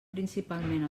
principalment